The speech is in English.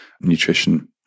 nutrition